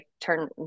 turn